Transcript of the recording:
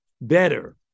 better